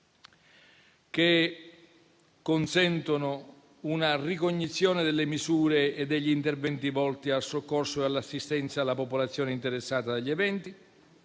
che consentono una ricognizione delle misure e degli interventi volti al soccorso e all'assistenza alla popolazione interessata dagli eventi;